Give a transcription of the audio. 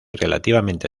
relativamente